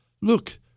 Look